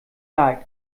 leid